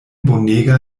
bonega